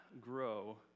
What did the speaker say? grow